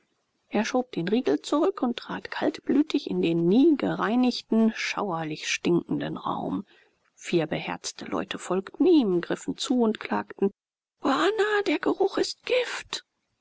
er schob den riegel zurück und trat kaltblütig in den nie gereinigten schauerlich stinkenden raum vier beherzte leute folgten ihm griffen zu und klagten bana der geruch ist gift